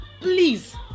please